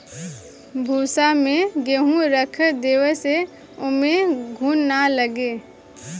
भूसा में गेंहू रख देवे से ओमे घुन ना लागे